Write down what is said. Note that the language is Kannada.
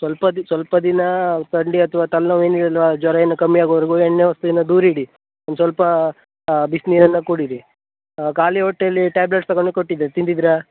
ಸ್ವಲ್ಪ ದಿನ ಸ್ವಲ್ಪ ದಿನ ಥಂಡಿ ಅಥವಾ ತಲೆ ನೋವು ಇಲ್ವಾ ಜ್ವರ ಇನ್ನೂ ಕಮ್ಮಿಯಾಗುವರೆಗೂ ಎಣ್ಣೆ ವಸ್ತುವನ್ನ ದೂರಿಡಿ ಒಂದು ಸ್ವಲ್ಪಾ ಬಿಸಿ ನೀರನ್ನು ಕುಡೀರಿ ಖಾಲಿ ಹೊಟ್ಟೇಲಿ ಟ್ಯಾಬ್ಲೆಟ್ಸ್ ತಗೊಳೋಕ್ ಕೊಟ್ಟಿದ್ದೆ ತಿಂದಿದ್ರಾ